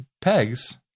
pegs